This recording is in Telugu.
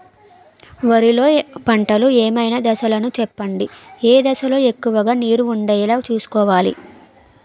వరిలో పంటలు ఏమైన దశ లను చెప్పండి? ఏ దశ లొ ఎక్కువుగా నీరు వుండేలా చుస్కోవలి?